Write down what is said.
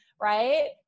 right